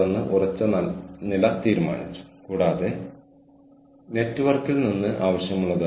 IIT ഖരഗ്പൂരിന്റെ മുദ്രാവാക്യം രാജ്യസേവനത്തിന് സമർപ്പിച്ചിരിക്കുന്നു